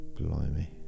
blimey